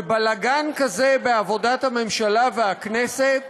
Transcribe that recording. ובלגן כזה בעבודת הממשלה והכנסת,